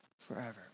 forever